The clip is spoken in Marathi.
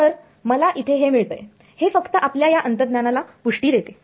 तर मला इथे हे मिळतंय हे फक्त आपल्या या अंतरज्ञानाला पुष्टी देते